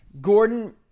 Gordon